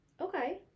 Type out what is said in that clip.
Okay